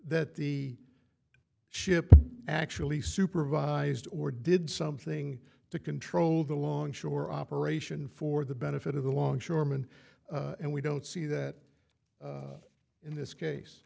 that the ship actually supervised or did something to control the long shore operation for the benefit of the longshoreman and we don't see that in this case